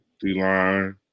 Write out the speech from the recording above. D-line